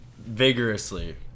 vigorously